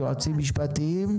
יועצים משפטיים,